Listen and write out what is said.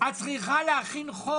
את צריכה להכין חוק